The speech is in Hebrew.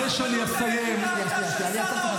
מי זה אתם?